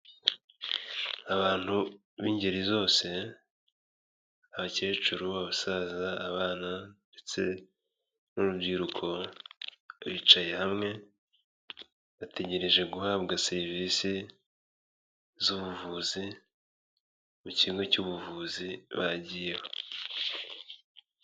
Abantu b'ingeri zose, abakecuru, abasaza, abana ndetse n'urubyiruko bicaye hamwe, bategereje guhabwa serivisi z'ubuvuzi mu kigo cy'ubuvuzi bagiyeho.